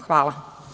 Hvala.